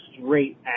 straight